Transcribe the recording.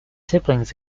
siblings